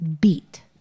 beat